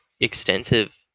extensive